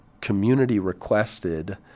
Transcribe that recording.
community-requested